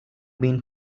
been